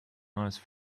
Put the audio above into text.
ice